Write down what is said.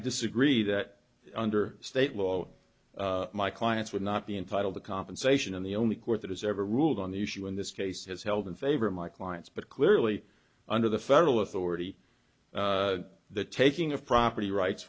disagree that under state law my clients would not be entitled to compensation and the only court that has ever ruled on the issue in this case has held in favor of my clients but clearly under the federal authority the taking of property rights